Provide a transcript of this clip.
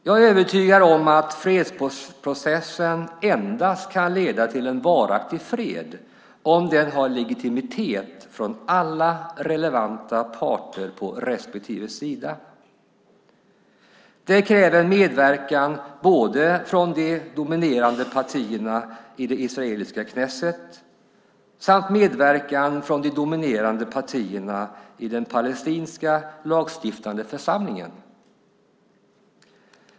Jag är övertygad om att fredsprocessen endast kan leda till en varaktig fred om den har legitimitet från alla relevanta parter på respektive sida. Det kräver medverkan både från de dominerande partierna i det israeliska Knesset och från de dominerade partierna i den palestinska lagstiftande församlingen.